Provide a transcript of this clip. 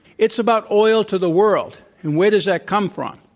it's about oil to the world. and where does that come from?